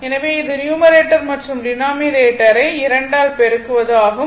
எனவே இது numerator numerator மற்றும் டினாமினேட்டரை 2 ஆல் பெருக்குவது ஆகும்